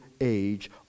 age